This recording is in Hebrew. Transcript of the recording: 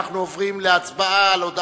חברת